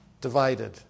divided